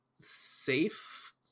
safe